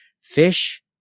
fish